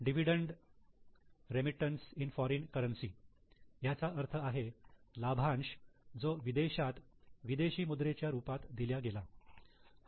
dividend remittance in foreign currency ह्याचा अर्थ आहे लाभांश जो विदेशात विदेशी मुद्रेच्या रूपात दिल्या गेला